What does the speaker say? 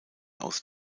aus